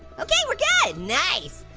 okay, we're good, nice!